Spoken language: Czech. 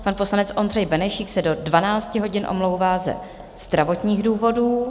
Pan poslanec Ondřej Benešík se do 12 hodin omlouvá ze zdravotních důvodů.